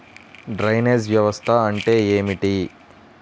Drainage వ్యవస్థ అంటే ఏమిటి?